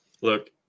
look